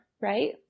right